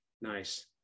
Nice